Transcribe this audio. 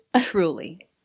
truly